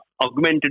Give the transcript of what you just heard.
augmented